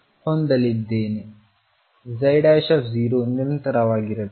ನಿರಂತರವಾಗಿರಬೇಕು